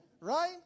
Right